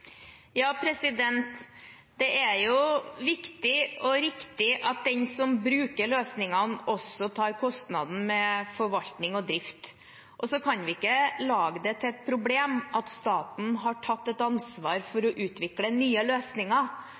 Det er viktig og riktig at den som bruker løsningene, også tar kostnaden med forvaltning og drift. Så kan vi ikke gjøre det til et problem at staten har tatt ansvar for å utvikle nye løsninger.